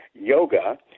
yoga